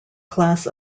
class